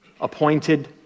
appointed